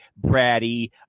bratty